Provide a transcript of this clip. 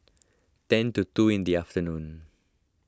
ten to two in the afternoon